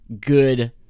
good